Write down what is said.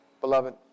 beloved